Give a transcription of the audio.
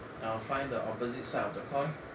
I will find the opposite side of the coin